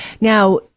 now